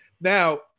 Now